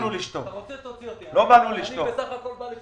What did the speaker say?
לא דיברתי על ביקוש ולא נכנסתי לפרטים האלה.